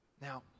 Now